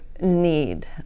need